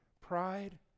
Pride